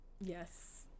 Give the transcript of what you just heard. Yes